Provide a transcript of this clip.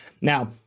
Now